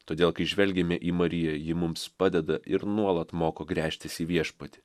todėl kai žvelgiame į mariją ji mums padeda ir nuolat moko gręžtis į viešpatį